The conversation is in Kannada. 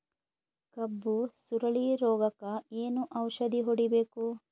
ಕಬ್ಬು ಸುರಳೀರೋಗಕ ಏನು ಔಷಧಿ ಹೋಡಿಬೇಕು?